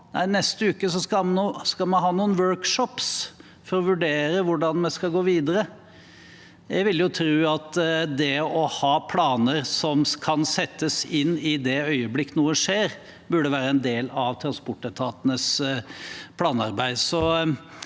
neste uke skulle ha noen workshoper for å vurdere hvordan de skulle gå videre. Jeg ville jo tro at det å ha planer som kan settes inn i det øyeblikk noe skjer, burde være en del av transportetatenes planarbeid.